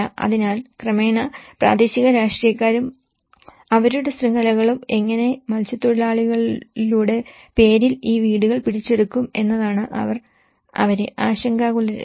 അതിനാൽ ക്രമേണ പ്രാദേശിക രാഷ്ട്രീയക്കാരും അവരുടെ ശൃംഖലകളും എങ്ങനെ മത്സ്യത്തൊഴിലാളികളുടെ പേരിൽ ഈ വീടുകൾ പിടിച്ചെടുക്കും എന്നതും അവർ ആശങ്കാകുലരാണ്